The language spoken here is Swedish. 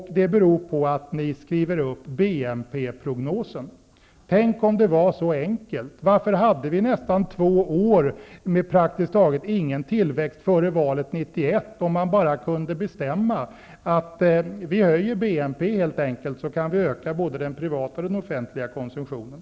Detta skall ske genom en uppskrivning av BNP prognosen. Tänk om det vore så enkelt! Varför hade vi nästan två år före valet 1991 med praktiskt taget ingen tillväxt om man bara kan bestämma sig för att helt enkelt höja BNP och på sätt öka både den privata och den offentliga konsumtionen?